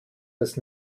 das